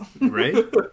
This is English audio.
right